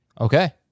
Okay